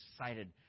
excited